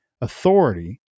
authority